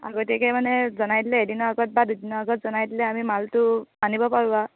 আগতীয়াকৈ মানে জনাই দিলে এদিনৰ আগত বা দুদিনৰ আগত জনাই দিলে আমি মালটো আনিব পাৰোঁ আৰু